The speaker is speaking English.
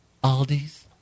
Aldi's